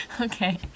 Okay